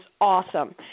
awesome